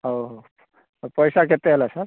ହଉ ହଉ ପଇସା କେତେ ହେଲା ସାର୍